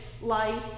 life